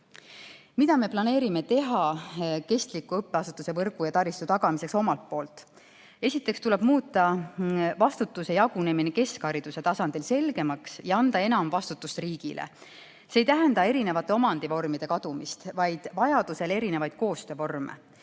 omalt pool teha kestliku õppeasutuste võrgu ja taristu tagamiseks? Esiteks tuleb muuta vastutuse jagunemine keskhariduse tasandil selgemaks ja anda enam vastutust riigile. See ei tähenda erinevate omandivormide kadumist, vaid vajadusel erinevaid koostöövorme.